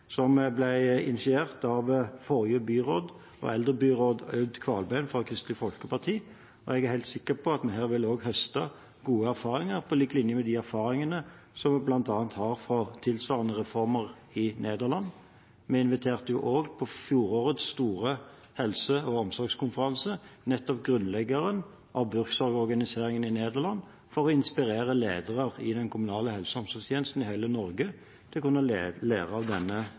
som jeg ønsker velkommen, og som ble initiert av forrige eldrebyråd Aud Kvalbein fra Kristelig Folkeparti. Jeg er helt sikker på at vi også her vil høste gode erfaringer, på lik linje med de erfaringene som vi bl.a. har fra tilsvarende reformer i Nederland. Vi inviterte jo også til fjorårets store helse- og omsorgskonferanse nettopp grunnleggeren av Buurtzorg-organiseringen i Nederland for å inspirere ledere i den kommunale helse- og omsorgstjenesten i hele Norge til å lære av denne